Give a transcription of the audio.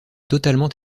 totalement